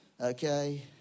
Okay